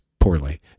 Poorly